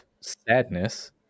sadness